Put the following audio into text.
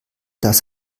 das